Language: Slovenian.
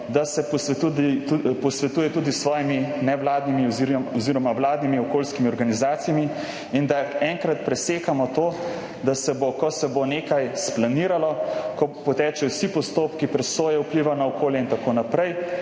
da se posvetuje tudi s svojimi nevladnimi oziroma vladnimi okoljskimi organizacijami in da enkrat presekamo to, da se bo, ko se bo nekaj splaniralo, ko potečejo vsi postopki presoje vpliva na okolje in tako naprej,